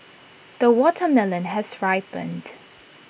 the watermelon has ripened